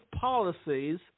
policies